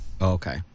okay